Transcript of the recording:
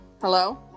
Hello